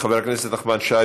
חבר הכנסת נחמן שי,